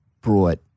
brought